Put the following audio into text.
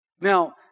Now